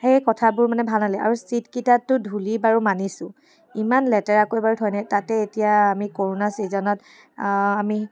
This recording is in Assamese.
সেই কথাবোৰ মানে ভাল নালাগে আৰু ছিটকেইটাতটো ধূলি বাৰু মানিছোঁ ইমান লেতেৰাকৈ বাৰু থয়নে তাতে এতিয়া আমি ক'ৰোণা ছিজনত আমি